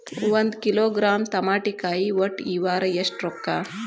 ಒಂದ್ ಕಿಲೋಗ್ರಾಂ ತಮಾಟಿಕಾಯಿ ಒಟ್ಟ ಈ ವಾರ ಎಷ್ಟ ರೊಕ್ಕಾ?